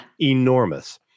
enormous